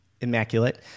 immaculate